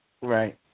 Right